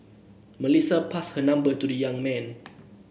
Melissa passed her number to the young man